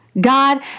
God